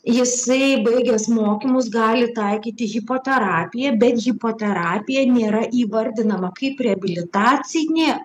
jisai baigęs mokymus gali taikyti hipoterapiją bet hipoterapija nėra įvardinama kaip reabilitacinė